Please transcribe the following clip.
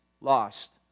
lost